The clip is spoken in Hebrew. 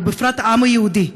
ובפרט העם היהודי,